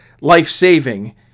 life-saving